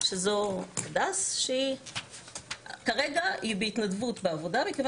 היא הדס שכרגע היא בהתנדבות בעבודה מכיוון